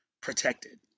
protected